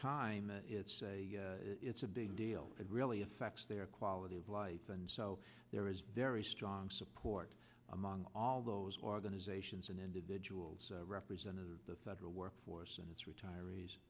time it's a big deal it really affects their quality of life and so there is very strong support among all those organizations and individuals representing the federal workforce and its retirees